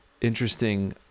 interesting